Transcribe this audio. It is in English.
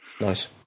Nice